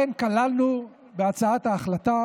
על השוד הזה אתם